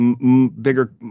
bigger